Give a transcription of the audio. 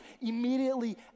immediately